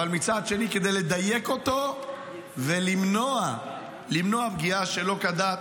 אבל מצד שני, כדי לדייק אותו ולמנוע פגיעה שלא כדת